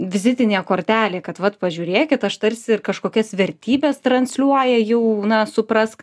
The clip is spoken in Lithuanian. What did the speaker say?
vizitinė kortelė kad vat pažiūrėkit aš tarsi ir kažkokias vertybes transliuoja jau na suprask